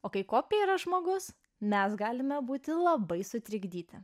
o kai kopija yra žmogus mes galime būti labai sutrikdyti